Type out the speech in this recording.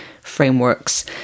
frameworks